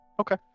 Okay